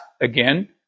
again